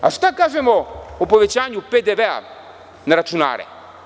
Šta da kažemo o povećanju PDV-a na računare?